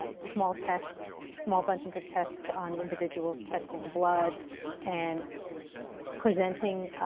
ah small tests, small bunches of tests on individuals. testing blood and presenting,